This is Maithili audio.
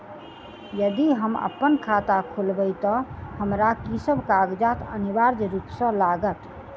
यदि हम अप्पन खाता खोलेबै तऽ हमरा की सब कागजात अनिवार्य रूप सँ लागत?